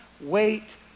wait